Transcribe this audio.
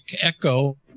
Echo